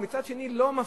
ומצד שני, לא מפשירים.